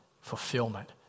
fulfillment